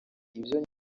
ibyo